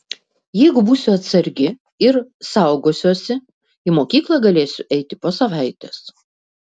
jeigu būsiu atsargi ir saugosiuosi į mokyklą galėsiu eiti po savaitės